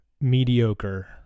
mediocre